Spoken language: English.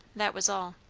that was all.